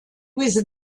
was